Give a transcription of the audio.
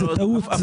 זו טעות.